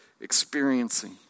experiencing